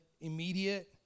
immediate